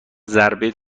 ضربه